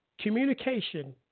communication